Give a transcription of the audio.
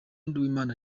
nduwimana